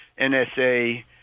NSA